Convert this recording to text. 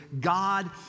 God